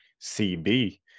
CB